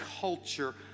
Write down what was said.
culture